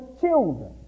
children